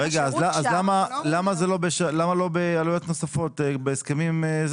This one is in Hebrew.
למה לא בעלויות נוספות, בהסכמים?